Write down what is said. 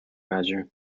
measure